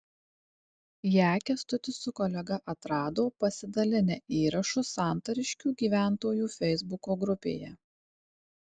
ją kęstutis su kolega atrado pasidalinę įrašu santariškių gyventojų feisbuko grupėje